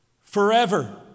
forever